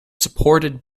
supported